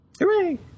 Hooray